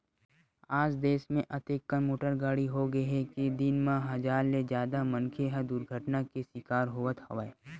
आज देस म अतेकन मोटर गाड़ी होगे हे के दिन म हजार ले जादा मनखे ह दुरघटना के सिकार होवत हवय